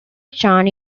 chan